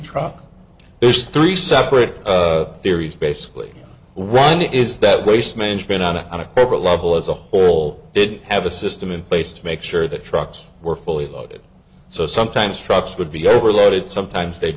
truck there's three separate theories basically run it is that waste management on it on a corporate level as a whole didn't have a system in place to make sure that trucks were fully loaded so sometimes trucks would be overloaded sometimes they